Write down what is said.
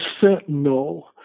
Sentinel